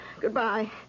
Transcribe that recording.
Goodbye